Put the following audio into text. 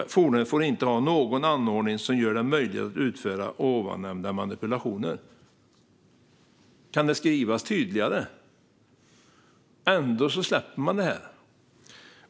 Fordonet får inte ha någon anordning som gör det möjligt att utföra ovannämnda manipulationer." Kan det skrivas tydligare? Ändå släpper man detta.